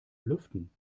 lüften